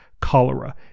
cholera